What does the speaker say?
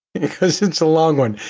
because it's a long one,